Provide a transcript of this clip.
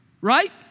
Right